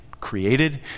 created